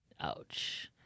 Ouch